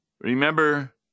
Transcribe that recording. Remember